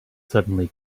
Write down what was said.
suddenly